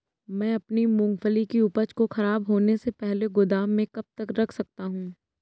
मैं अपनी मूँगफली की उपज को ख़राब होने से पहले गोदाम में कब तक रख सकता हूँ?